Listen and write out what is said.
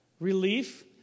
relief